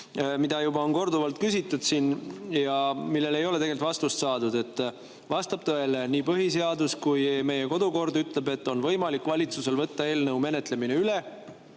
mida on korduvalt küsitud siin ja millele ei ole vastust saadud. Vastab tõele, nii põhiseadus kui meie kodukord ütleb, et on võimalik valitsusel võtta eelnõu menetlemine üle